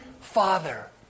father